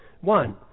One